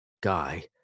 guy